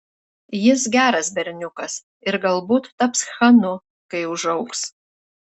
jis geras berniukas ir galbūt taps chanu kai užaugs